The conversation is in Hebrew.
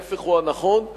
ההיפך הוא הנכון.